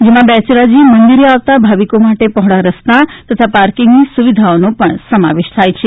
જેમાં બેચરાજી મંદિરે આવતા ભાવિકો માટે પહોળા રસ્તા તથા પાર્કિંગની સુવિધઆનો પણ સમાવેશ થાય છે